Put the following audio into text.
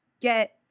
get